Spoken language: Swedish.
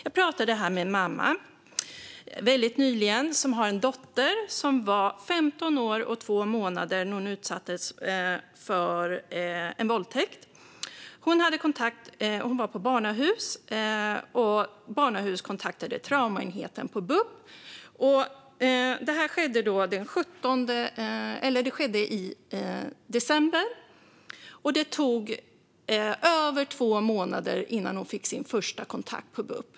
Jag pratade väldigt nyligen med en mamma som har en dotter som var 15 år och två månader när hon utsattes för en våldtäkt. Hon var på barnahus, som kontaktade traumaenheten på bup. Detta skedde i december, och det tog över två månader innan hon fick sin första kontakt på bup.